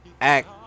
act